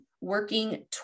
working